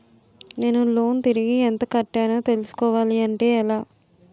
నేను లోన్ తిరిగి ఎంత కట్టానో తెలుసుకోవాలి అంటే ఎలా?